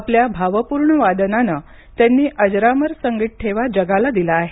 आपली संस्कृती आणि भावपूर्ण वादनानं त्यांनी अजरामर संगीत ठेवा जगाला दिला आहे